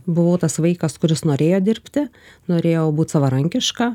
buvau tas vaikas kuris norėjo dirbti norėjau būt savarankiška